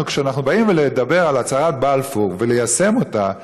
כשאנחנו באים לדבר על הצהרת בלפור וליישם אותה,